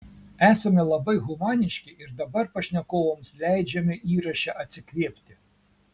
esame labai humaniški ir dabar pašnekovams leidžiame įraše atsikvėpti